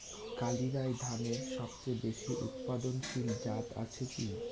কালিরাই ধানের সবচেয়ে বেশি উৎপাদনশীল জাত আছে কি?